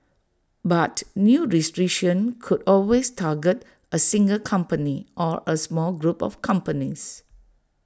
but new restrictions could always target A single company or A small group of companies